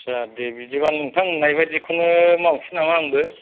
आटसा दे बिदिबा नोंथां होन्नाय बाय दिखौनो मावसै नामा आंबो